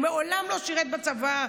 הוא מעולם לא שירת בצבא.